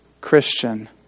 Christian